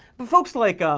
but folks like, ah